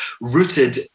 rooted